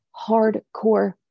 hardcore